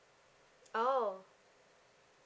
oh